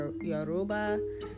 Yoruba